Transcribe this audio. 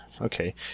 okay